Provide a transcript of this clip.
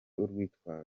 urwitwazo